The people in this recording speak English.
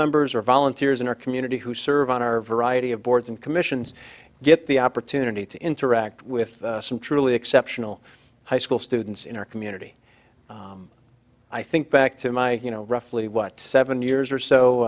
members or volunteers in our community who serve on our variety of boards and commissions get the opportunity to interact with some truly exceptional high school students in our community i think back to my you know roughly what seven years or